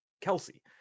Kelsey